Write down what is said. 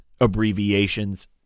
abbreviations